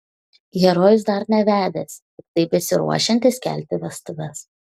herojus dar nevedęs tiktai besiruošiantis kelti vestuves